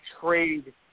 trade –